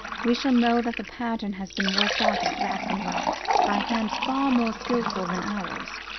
we shall know that the pattern has been worked out exactly right, by hands far more skilful than ours.